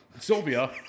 Sylvia